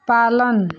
पालन